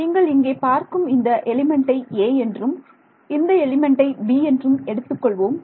நீங்கள் இங்கே பார்க்கும் இந்த எலிமெண்ட்டை 'a' என்றும் இந்த எலிமெண்ட்டை 'b' என்றும் எடுத்துக் கொள்வோம்